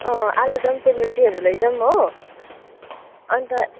अँ आलुदम सेलरोटीहरू लैजाऔँ हो अन्त